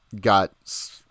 got